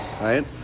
right